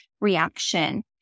reaction